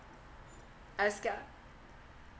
are you scared ah